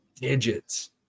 digits